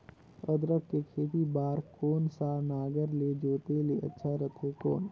अदरक के खेती बार कोन सा नागर ले जोते ले अच्छा रथे कौन?